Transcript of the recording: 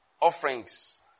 offerings